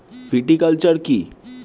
Viticulture কী?